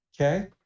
Okay